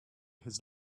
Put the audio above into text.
his